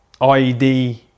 IED